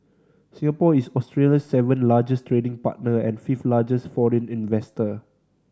Singapore is Australia's seventh largest trading partner and fifth largest foreign investor